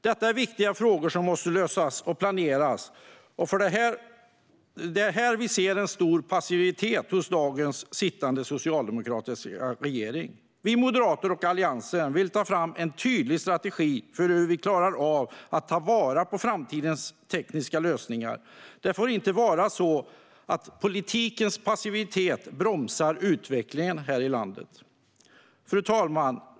Detta är viktiga frågor som måste lösas och planeras för, och det är här vi ser en stor passivitet hos dagens sittande socialdemokratiska regering. Vi moderater och Alliansen vill ta fram en tydlig strategi för hur vi klarar av att ta vara på framtidens tekniska lösningar. Det får inte vara så att politikens passivitet bromsar utvecklingen här i landet. Fru talman!